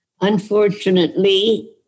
Unfortunately